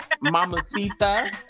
mamacita